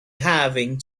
having